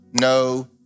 no